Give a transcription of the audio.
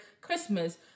Christmas